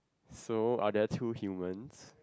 so are there two humans